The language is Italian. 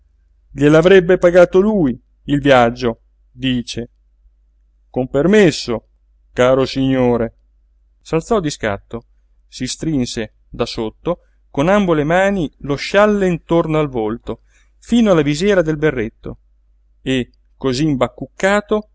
imbecille gliel'avrebbe pagato lui il viaggio dice con permesso caro signore s'alzò di scatto si strinse da sotto con ambo le mani lo scialle attorno al volto fino alla visiera del berretto e cosí imbacuccato